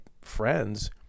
friends